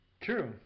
True